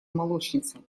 молочница